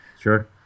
sure